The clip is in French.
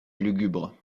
lugubre